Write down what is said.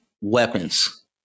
weapons